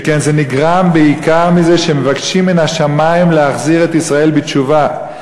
שכן זה נגרם בעיקר מזה שמבקשים מן השמים להחזיר את ישראל בתשובה,